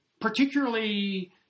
particularly